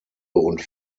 und